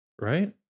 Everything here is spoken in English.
right